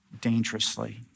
dangerously